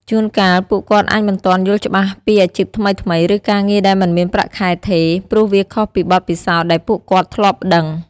ជួនកាល ពួកគាត់អាចមិនទាន់យល់ច្បាស់ពីអាជីពថ្មីៗ ឬការងារដែលមិនមានប្រាក់ខែថេរ ព្រោះវាខុសពីបទពិសោធន៍ដែលពួកគាត់ធ្លាប់ដឹង។